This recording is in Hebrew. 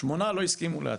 8 לא הסכימו להצהיר.